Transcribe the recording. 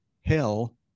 hell